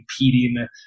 competing